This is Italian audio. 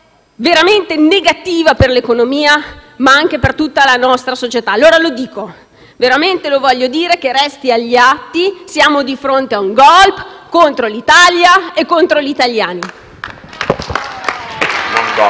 veramente negativa per l'economia, ma anche per tutta la nostra società. Allora, lo dico e veramente lo voglio dire affinché resti agli atti: siamo di fronte a un *golpe* contro l'Italia e contro gli italiani. *(Applausi